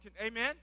Amen